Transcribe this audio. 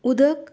उदक